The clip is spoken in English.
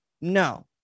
no